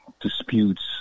disputes